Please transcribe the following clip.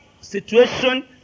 situation